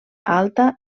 alta